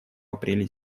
апреле